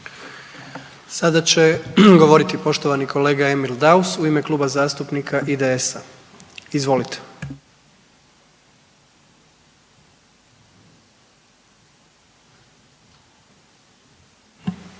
Sada će govoriti kolega Emil Daus u ime Kluba zastupnika IDS-a. Izvolite.